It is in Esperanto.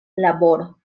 laboro